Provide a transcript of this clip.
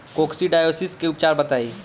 Coccidiosis के उपचार बताई?